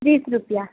ત્રીસ રૂપિયા